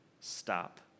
stop